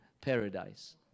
paradise